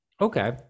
Okay